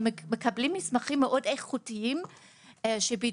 הם מקבלים מסמכים מאוד איכותיים שנותנים